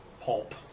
pulp